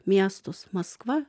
miestus maskva